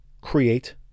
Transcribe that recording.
create